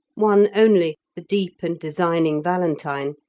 one only, the deep and designing valentine,